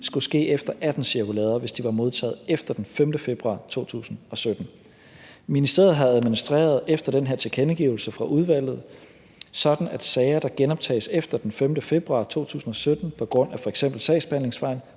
skulle ske efter 2018-cirkulæret, hvis de var modtaget efter den 5. februar 2017. Ministeriet havde administreret efter den her tilkendegivelse fra udvalget, sådan at sager, der genoptages efter den 5. februar 2017 på grund af f.eks. sagsbehandlingsfejl,